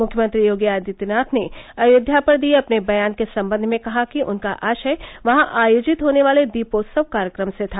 मख्यमंत्री योगी आदित्यनाथ ने अयोध्या पर दिये अपने बयान के संबंध में कहा कि उनका आशय वहां आयोजित होने वाले दीपोत्सव कार्यक्रम से था